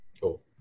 Cool